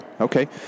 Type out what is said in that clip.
Okay